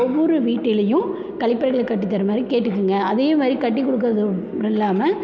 ஒவ்வொரு வீட்டிலையும் கலிப்பறைகளை கட்டித்தருமாறு கேட்டுக்கொங்க அதேமாதிரி கட்டிக்கொடுக்கறது இல்லாமல்